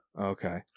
Okay